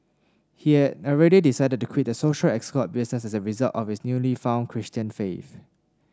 he had already decided to quit the social escort business as a result of his newly found Christian faith